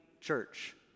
church